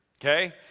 okay